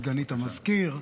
סגנית המזכיר,